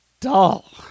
dull